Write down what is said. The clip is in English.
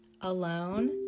alone